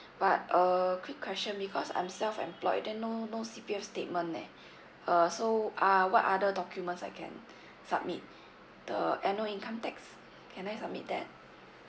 but uh quick question because I'm self employed then no no C_P_F statement leh uh so uh what other documents I can submit the annual income tax can I submit that